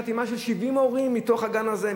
יש כאן חתימה של 70 הורים מתוך הגן הזה,